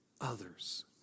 others